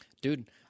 Dude